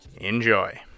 enjoy